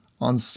on